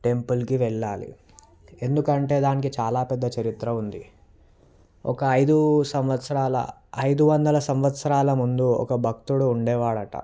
టెంపుల్కి వెళ్ళాలి ఎందుకంటే దానికి చాలా పెద్ద చరిత్ర ఉంది ఒక ఐదు సంవత్సరాల ఐదు వందల సంవత్సరాల ముందు ఒక భక్తుడు ఉండేవాడట